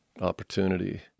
opportunity